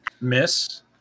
Miss